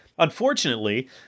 Unfortunately